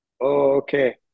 Okay